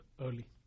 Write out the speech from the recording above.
early